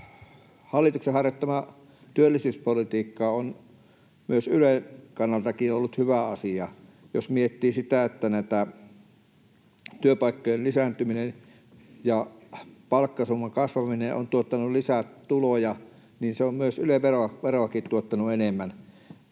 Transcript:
hallituksen harjoittama työllisyyspolitiikka on myös Ylen kannalta ollut hyvä asia. Jos miettii sitä, että työpaikkojen lisääntyminen ja palkkasumman kasvaminen ovat tuottaneet lisätuloja, niin se on myös Yle-veroa tuottanut enemmän.